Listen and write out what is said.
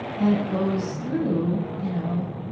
and it goes through you know